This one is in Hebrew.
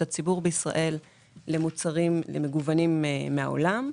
הציבור בישראל למוצרים מגוונים מהעולם,